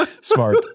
Smart